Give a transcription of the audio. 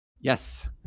Yes